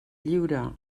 lliure